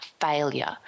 failure